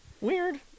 Weird